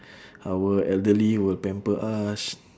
our elderly will pamper us